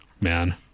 Man